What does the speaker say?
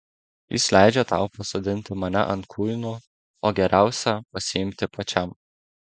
jis leidžia tau pasodinti mane ant kuinų o geriausią pasiimti pačiam